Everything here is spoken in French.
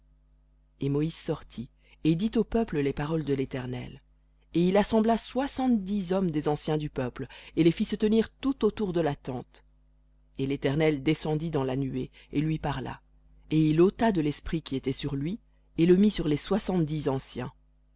et moïse sortit et dit au peuple les paroles de l'éternel et il assembla soixante-dix hommes des anciens du peuple et les fit se tenir tout autour de la tente et l'éternel descendit dans la nuée et lui parla et il ôta de l'esprit qui était sur lui et le mit sur les soixante-dix anciens